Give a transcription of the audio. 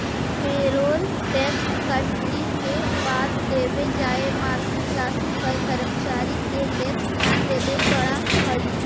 payroll tax कटने के बाद देवे जाए मासिक राशि पर कर्मचारि के टैक्स न देवे पड़ा हई